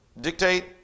dictate